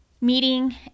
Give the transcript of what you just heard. meeting